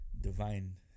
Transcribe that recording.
divine